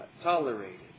tolerated